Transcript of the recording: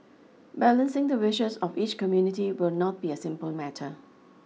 balancing the wishes of each community will not be a simple matter